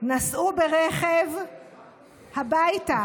נסעו ברכב הביתה.